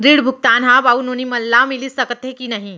ऋण भुगतान ह बाबू नोनी मन ला मिलिस सकथे की नहीं?